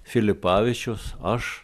filipavičius aš